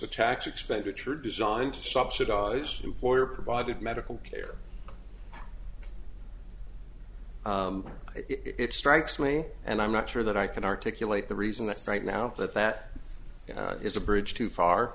tax expenditure designed to subsidize employer provided medical care it strikes me and i'm not sure that i can articulate the reason that right now that that is a bridge too